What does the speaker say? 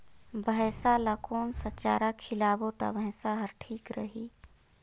भैसा ला कोन सा चारा खिलाबो ता भैंसा हर ठीक रही?